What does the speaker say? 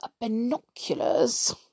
binoculars